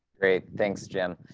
great. thanks jim.